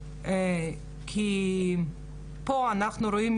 הייתה נגדו פרשייה שלמה, כי יש לו התבטאויות מאוד